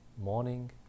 morning